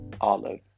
Olive